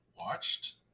watched